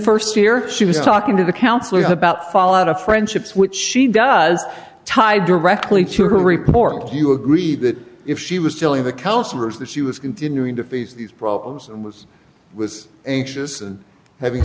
st year she was talking to the counselor about fall out of friendships which she does tied directly to her reporting you agreed that if she was telling the counselors that she was continuing to face these problems and was was anxious and having